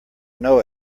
know